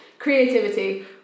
Creativity